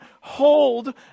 hold